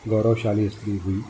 गौरवशाली हिस्ट्री हुई